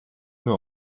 nur